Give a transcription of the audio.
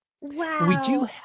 Wow